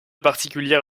particulier